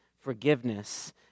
forgiveness